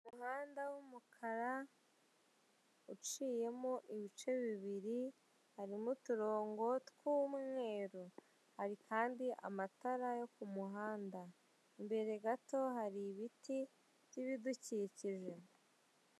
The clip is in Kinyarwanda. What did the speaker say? Umuhanda wumukara uciyemo ibice bibiri, harimo uturongo tw'umweru, hari kandi amatara yo kumuhanda imbere gato hari ibiti by'ibidukikije.